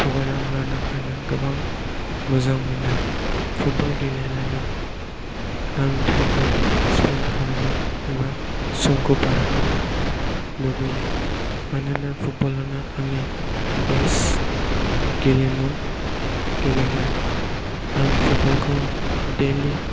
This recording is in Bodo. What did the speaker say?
थगायनानै लानाय खारनो गोबां मोजां मोनो फुटब'ल गेलेनानै आं टाइम खौ स्पेन्द खालामनो एबा समखौ बारहोनो लुबैयो मानोना फुटब'ल आनो आंनि बेस्ट गेलेमु गेलेग्रा आं फुटब'ल खौ दैलि